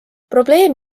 probleem